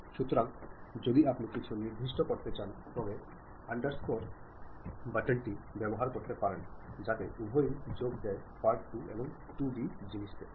সুতরাং যদি আপনি কিছু নির্দিষ্ট করতে চান তবে আন্ডারস্কোর বাটনটি ব্যবহার করতে পারেন যাতে উভয়ই যোগ দেয় পার্ট 2 এবং 2d জিনিসটি তে